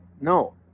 No